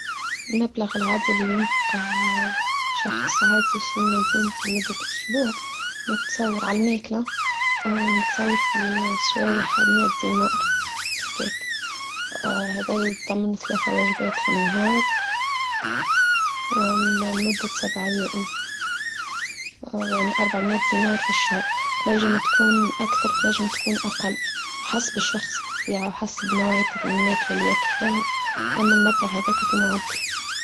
المبلغ العادي اللي ينفقه شخص عادي في مدينتي في مدة أسبوع نتصور على الماكلة نتصور في سوايح مئه دينار هكاك هداية تعمل ثلاث واجبات في النهار للمدة سبه أيام يعني أربع مائه دينار في الشهر تنجم تكون أكثر تنجم تكون أقل حسب الشخص بتبيعه وحسب نوعية الماكلة اللي يأكل فيها أما المبلغ هذاك في المعدل.